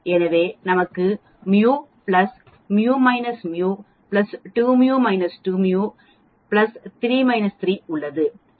எனவே நமக்கு μ μ μ 2 μ 2 μ 3 3 உள்ளது